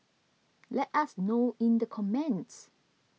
let us know in the comments